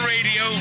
Radio